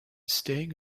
staying